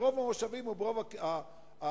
ברוב המושבים או הקיבוצים,